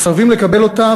מסרבים לקבל אותה,